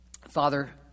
Father